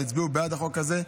אבל הצביעו בעד החוק הזה,